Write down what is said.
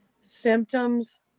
symptoms